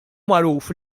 magħruf